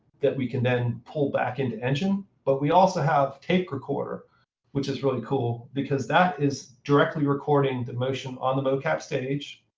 that we can then pull back into engine. but we also have take recorder which is really cool. because that is directly recording the motion on the mocap stage